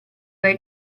dai